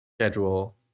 schedule